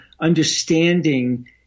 understanding